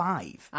Five